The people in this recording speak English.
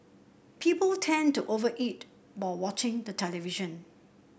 people tend to over eat while watching the television